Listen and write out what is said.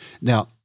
Now